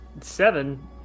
seven